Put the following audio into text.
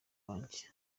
wanjye